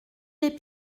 des